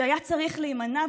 שהיה צריך להימנע,